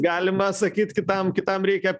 galima sakyt kitam kitam reikia